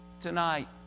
Tonight